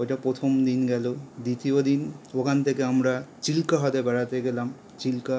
ওইটা প্রথম দিন গেল দ্বিতীয় দিন ওখান থেকে আমরা চিল্কা হ্রদে বেড়াতে গেলাম চিল্কা